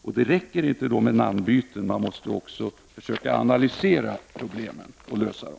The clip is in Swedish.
Då räcker det inte med namnbyten. Man måste också försöka analysera problemen och därefter lösa dem.